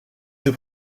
deux